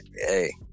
hey